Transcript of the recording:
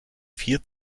vier